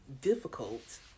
difficult